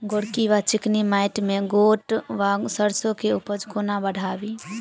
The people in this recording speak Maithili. गोरकी वा चिकनी मैंट मे गोट वा सैरसो केँ उपज कोना बढ़ाबी?